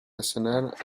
nationales